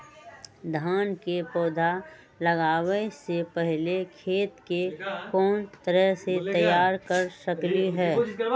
धान के पौधा लगाबे से पहिले खेत के कोन तरह से तैयार कर सकली ह?